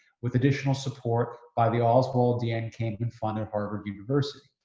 with additional support by the oswald den. cammann fund at harvard university.